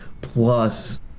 plus